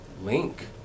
link